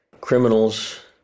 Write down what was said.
criminals